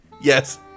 Yes